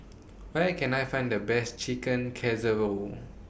Where Can I Find The Best Chicken Casserole